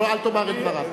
אל תאמר את דברי.